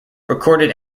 recorded